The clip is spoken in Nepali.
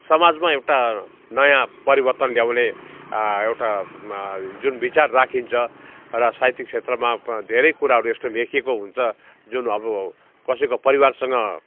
समाजमा एउटा नयाँ परिवर्तन ल्याउने एउटा जुन विचार राखिन्छ र साहित्यिक क्षेत्रमा धेरै कुराहरू यस्तो लेखिएको हुन्छ जुन अब कसैको परिवारसँग